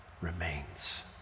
remains